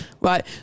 right